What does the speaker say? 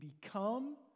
become